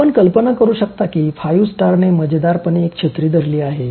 आपण कल्पना करू शकता की ५ स्टारने मजेदारपणे एक छत्री धरली आहे